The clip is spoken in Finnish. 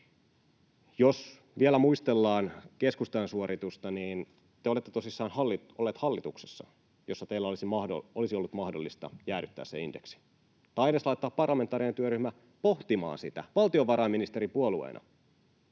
Jos vielä muistellaan keskustan suoritusta, niin te olette tosissaan olleet hallituksessa, jossa teillä olisi ollut mahdollista jäädyttää se indeksi, tai valtiovarainministeripuolueena